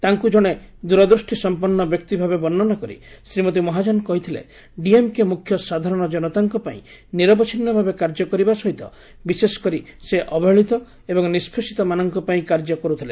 ତାଙ୍କୁ ଜଣେ ଦ୍ରଦୃଷ୍ଟିସମ୍ପନ୍ନ ବ୍ୟକ୍ତି ଭାବେ ବର୍ଷନା କରି ଶ୍ରୀମତୀ ମହାଜନ କହିଥିଲେ ଡିଏମ୍କେ ମ୍ରଖ୍ୟ ସାଧାରଣ ଜନତାଙ୍କପାଇଁ ନିରବଚ୍ଛିନ୍ନ ଭାବେ କାର୍ଯ୍ୟ କରିବା ସହିତ ବିଶେଷକରି ସେ ଅବହେଳିତ ଏବଂ ନିଷ୍ପେଷିତମାନଙ୍କ ପାଇଁ କାର୍ଯ୍ୟ କରୁଥିଲେ